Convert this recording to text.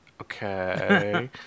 Okay